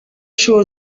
sure